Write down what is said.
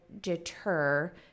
deter